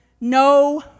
no